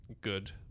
good